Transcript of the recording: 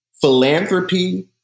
Philanthropy